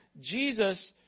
Jesus